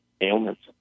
ailments